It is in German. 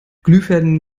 glühfäden